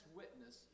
witness